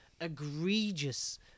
egregious